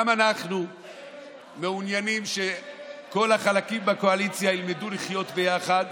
גם אנחנו מעוניינים שכל החלקים בקואליציה ילמדו לחיות ביחד